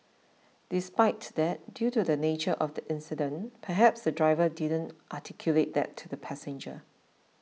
despite that due to the nature of the incident perhaps the driver didn't articulate that to the passenger